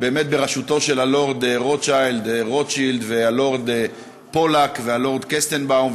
בראשותו של הלורד רוטשילד והלורד פולק והלורד קסטנבאום,